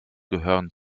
gehören